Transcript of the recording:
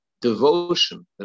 devotion